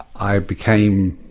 i became,